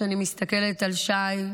כשאני מסתכלת על שי,